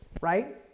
right